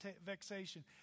vexation